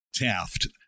Taft